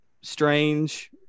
strange